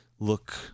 look